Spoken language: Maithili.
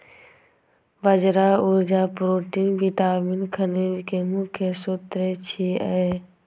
बाजरा ऊर्जा, प्रोटीन, विटामिन, खनिज के मुख्य स्रोत छियै